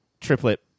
triplet